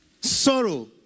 sorrow